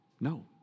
No